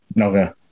Okay